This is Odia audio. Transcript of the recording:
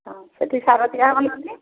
ହଁ ସେଠି ସାର ଦିଆହେବ ନା ନାହିଁ